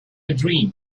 dream